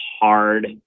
hard